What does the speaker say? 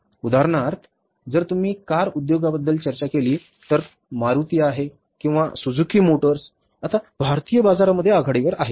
आता उदाहरणार्थ जर तुम्ही कार उद्योगाबद्दल चर्चा केली तर मारुती आहे किंवा सुझुकी मोटर्स आता भारतीय बाजारामध्ये आघाडीवर आहेत